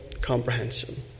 comprehension